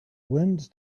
wind